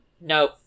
No